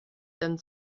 dann